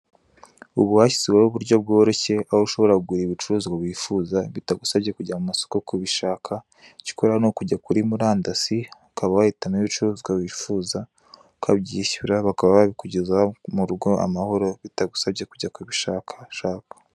Ubu hashyizweho uburyo bworoshye aho ushobora guhaha ibicuruzwa wifuza bitagusabye kujya mu isoko kubishaka, icyo ukora ni ukujya muri murandasi, ukaba wahitamo ibicuruzwa wifuza, ukabyishyura bakaba babikugezaho mu rugo amahoro bitagusabye kujya kubishaka shaka.